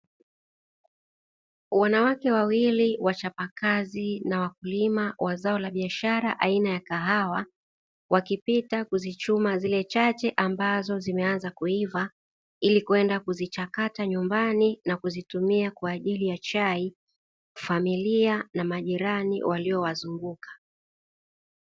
Wanawake wawili wachapakazi na wakulima wa zao la biashara aina ya kahawa wakipita kuzichuma zile chache ambazo zimeanza kuiva ili kwenda kuzichakata nyumbani na kuzitumia kwa ajili ya chai, familia na majirani waliowazunguka.